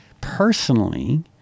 personally